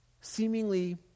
seemingly